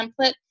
template